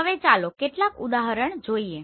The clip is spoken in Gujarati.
હવે ચાલો કેટલાક ઉદાહરણો જોઈએ